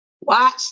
Watch